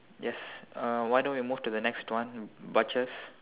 yes uh why don't you move to the next one butchers